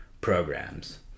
programs